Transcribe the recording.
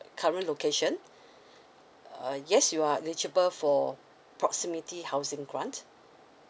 current location uh yes you are eligible for approximately housing grant